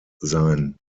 sein